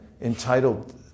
entitled